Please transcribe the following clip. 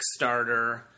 Kickstarter